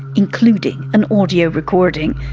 including an audio recording.